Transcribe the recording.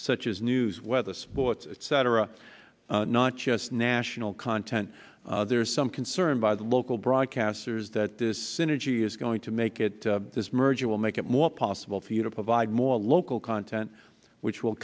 such as news weather sports etc not just national content there is some concern by the local broadcasters that this synergy is going to make it this merger will make it more possible for you to provide more local content which will